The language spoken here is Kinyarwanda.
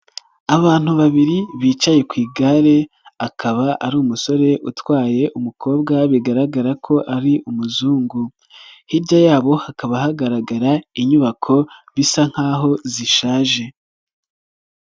Abantu babiri bicaye ku igare akaba ari umusore utwaye umukobwa bigaragara ko ari umuzungu, hirya yabo hakaba hagaragara inyubako bisa nk'aho zishaje.